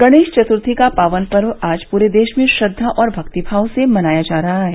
गणेश चत्र्थी का पावन पर्व आज पूरे देश में श्रद्वा और भक्ति भाव से मनाया जा रहा है